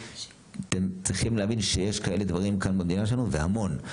אתם צריכים להבין שיש דברים כאלו במדינה שלנו והמון,